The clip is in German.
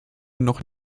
noch